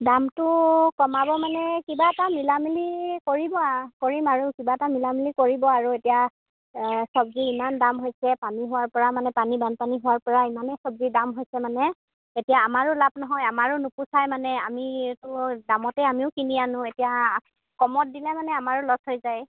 দামটো কমাব মানে কিবা এটা মিলামিলি কৰিব আৰু কৰিম আৰু কিবা এটা মিলামিলি কৰিব আৰু এতিয়া চব্জি ইমান দাম হৈছে পানী হোৱাৰ পৰা মানে পানী বানপানী হোৱাৰ পৰা ইমানেই চব্জি দাম হৈছে মানে এতিয়া আমাৰো লাভ নহয় আমাৰো নোপোচায় মানে আমি এইটো দামতে আমিও কিনি আনো এতিয়া কমত দিলে মানে আমাৰো লছ হৈ যায়